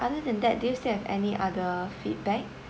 other than that do you still have any other feedback